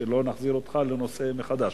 שלא נחזיר אותך לנושא מחדש.